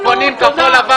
אנחנו קונים כחול-לבן.